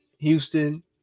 Houston